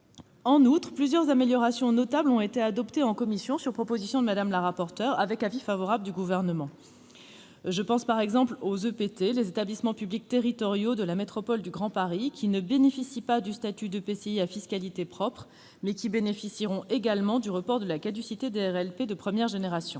En outre, plusieurs améliorations notables ont été adoptées en commission, sur proposition de Mme la rapporteur, avec avis favorable du Gouvernement. Je pense aux EPT de la métropole du Grand Paris, qui ne disposent pas du statut d'EPCI à fiscalité propre, mais qui bénéficieront également du report de la caducité des RLP de première génération.